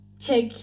check